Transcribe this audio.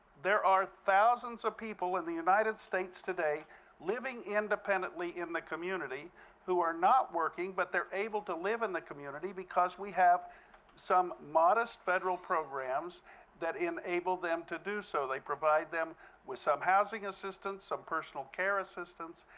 there are thousands of people in the united states today living independently in the community who are not working but they're able to live in the community because we have some modest federal programs that enable them to do so. they provide them with some housing assistance, some personal care assistance,